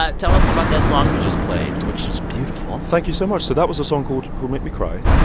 ah tell us about that song you just played, which was beautiful thank you so much. so that was a song called called make me cry.